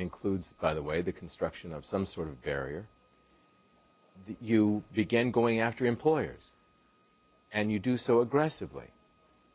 includes by the way the construction of some sort of barrier you begin going after employers and you do so aggressively